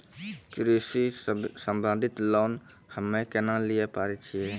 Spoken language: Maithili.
कृषि संबंधित लोन हम्मय केना लिये पारे छियै?